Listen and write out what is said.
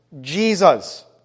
Jesus